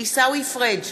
עיסאווי פריג'